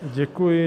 Děkuji.